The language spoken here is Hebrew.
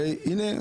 הנה,